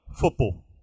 Football